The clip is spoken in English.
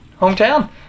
Hometown